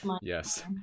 yes